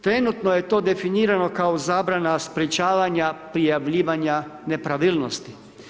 Trenutno je to definirano kao zabrana sprječavanja prijavljivanja nepravilnosti.